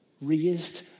raised